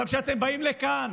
אבל כשאתם באים לכאן